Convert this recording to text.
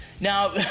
Now